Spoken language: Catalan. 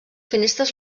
finestres